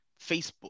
facebook